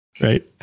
Right